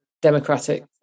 democratic